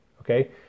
okay